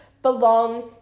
belong